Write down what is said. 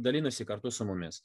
dalinasi kartu su mumis